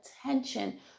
attention